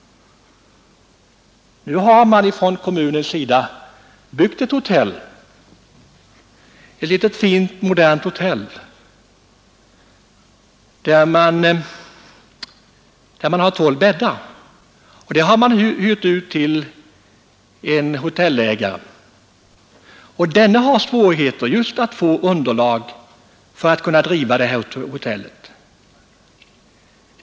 Nu har kommunen byggt ett hotell, ett litet fint modernt hotell, där man har tolv bäddar. Det har man hyrt ut till en hotellvärd, och denne har svårigheter att få underlag för att kunna driva det här hotellet.